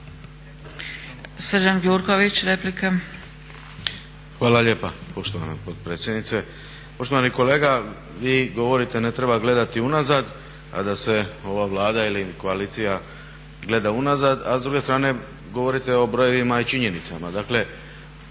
Srđan Gjurković, replika.